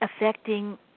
affecting